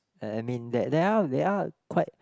I I mean they they are they are quite